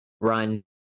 run